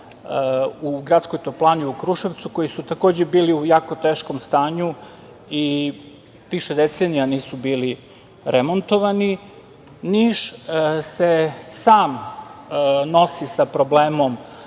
u gradskoj toplani u Kruševcu koji su, takođe, bili u jako teškom stanju i više decenija nisu bili remontovani. Niš se sam nosi sa problemom